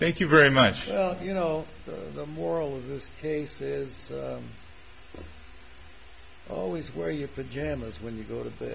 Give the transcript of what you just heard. thank you very much you know the moral of this case is always wear your pajamas when you go to